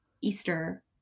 Easter